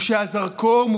(תיקון מס' 15, הוראת שעה, נגיף הקורונה החדש),